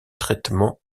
traitement